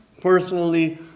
personally